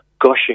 gushing